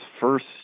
first